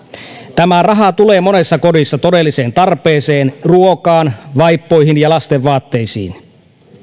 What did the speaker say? tämä raha tulee monessa kodissa todelliseen tarpeeseen ruokaan vaippoihin ja lastenvaatteisiin